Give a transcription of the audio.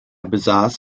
besaß